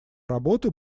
работы